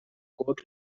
court